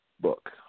book